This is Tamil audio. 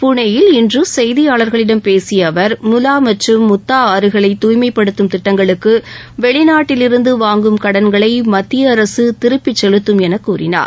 பூளேயில் இன்று செய்தியாளர்களிடம் பேசிய அவர் முலா மற்றும் முத்தா ஆறுகளை தூய்மைப்படுத்தும் திட்டங்களுக்கு வெளிநாட்டிலிருந்து வாங்கம் கடன்களை மத்திய அரசு திருப்பி செலுத்தும் என கூறினார்